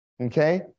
okay